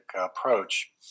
approach